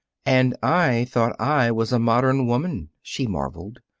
and i thought i was a modern woman! she marveled.